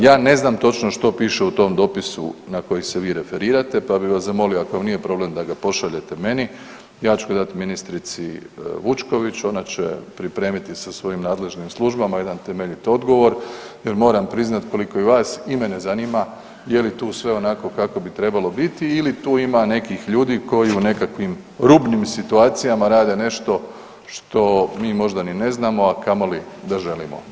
Ja ne znam točno što piše u tom dopisu na koji se vi referirate, pa bi vas zamolio ako vam nije problem da ga pošaljete meni, ja ću ga dat ministrici Vučković, ona će pripremiti sa svojim nadležnim službama jedan temeljit odgovor jer moram priznat koliko i vas i mene zanima je li tu sve onako kako bi trebalo biti ili tu ima nekih ljudi koji u nekakvim rubnim situacijama rade nešto što mi možda ni ne znamo, a kamoli da želimo.